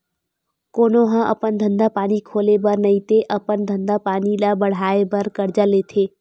कोनो ह अपन धंधा पानी खोले बर नइते अपन धंधा पानी ल बड़हाय बर करजा लेथे